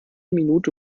minute